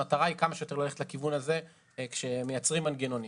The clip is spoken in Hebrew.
המטרה היא ללכת לכיוון הזה כשמייצרים מנגנונים,